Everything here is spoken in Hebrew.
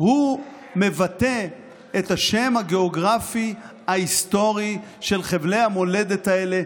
מבטא את השם הגיאוגרפי ההיסטורי של חבלי המולדת האלה,